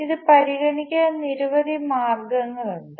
ഇത് പരിഗണിക്കാൻ നിരവധി മാർഗങ്ങളുണ്ട്